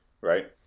right